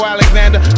Alexander